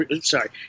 sorry